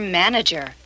manager